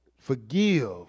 forgive